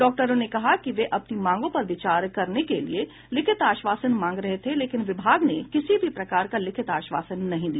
डॉक्टरों ने कहा कि वे अपनी मांगों पर विचार करने के लिए लिखित आश्वासन मांग रहे थे लेकिन विभाग ने किसी भी प्रकार का लिखित आश्वासन नहीं दिया